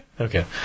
Okay